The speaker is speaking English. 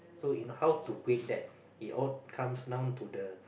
so in how to bring that it all comes down to the